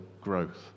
growth